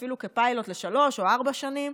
אפילו כפיילוט לשלוש או ארבע שנים.